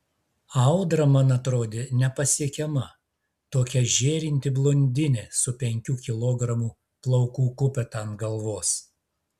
audra man atrodė nepasiekiama tokia žėrinti blondinė su penkių kilogramų plaukų kupeta ant galvos